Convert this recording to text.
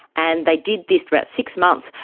and they did this for about six months,